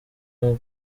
hong